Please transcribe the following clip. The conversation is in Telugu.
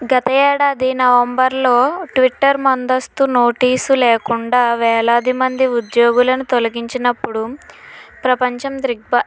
గత ఏడాది నవంబర్లో ట్విట్టర్ ముందస్తు నోటీసు లేకుండా వేలాది మంది ఉద్యోగులను తొలగించినప్పుడు ప్రపంచం ద్రిగ్బా